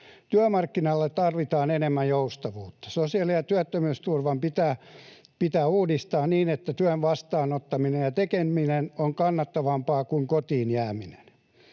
Työmarkkinoilla tarvitaan enemmän joustavuutta. Sosiaali‑ ja työttömyysturvaa pitää uudistaa niin, että työn vastaanottaminen ja tekeminen ovat kannattavampaa kuin kotiin jääminen.